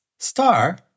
Star